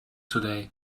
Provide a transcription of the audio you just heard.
today